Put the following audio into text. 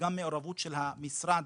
וגם מעורבות של המשרד